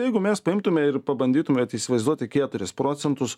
jeigu mes paimtume ir pabandytume vat įsivaizduoti keturis procentus